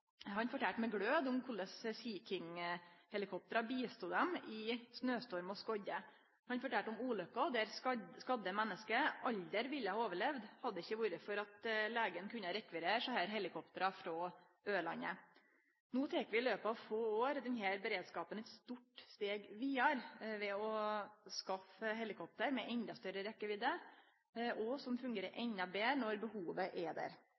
Han fortalde med glød om korleis Sea King-helikoptra hjelpte dei i snøstorm og skodde. Han fortalde om ulukker der skadde menneske aldri ville ha overlevd, hadde det ikkje vore for at legen kunne rekvirere desse helikoptra frå Ørland. No tek vi i løpet av få år denne beredskapen eit stort steg vidare ved å skaffe helikopter med endå større rekkjevidd, og som fungerer endå betre når behovet er der.